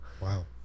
wow